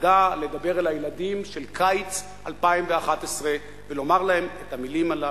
תדע לדבר אל הילדים של קיץ 2011 ולומר להם את המלים הללו: